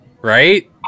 Right